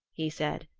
he said,